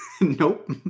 Nope